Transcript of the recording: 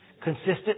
Consistent